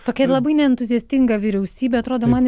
tokia labai neentuziastinga vyriausybė atrodo man